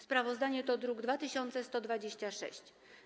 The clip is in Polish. Sprawozdanie to druk nr 2126.